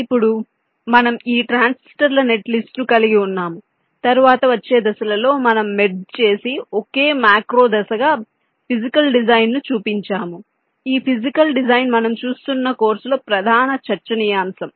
ఇప్పుడు మనము ఈ ట్రాన్సిస్టర్ల నెట్లిస్ట్ను కలిగి వున్నాము తరువాత వచ్చే దశలలో మనం మెర్జ్ చేసి ఒకే మాక్రో దశగా ఫిజికల్ డిజైన్ ను చూపించాము ఈ ఫిజికల్ డిజైన్ మనం చూస్తున్న కోర్సులో ప్రధాన చర్చనీయాంశం